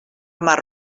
mar